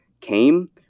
came